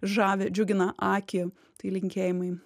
žavi džiugina akį tai linkėjimai